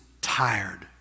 tired